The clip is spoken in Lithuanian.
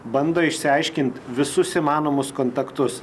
bando išsiaiškint visus įmanomus kontaktus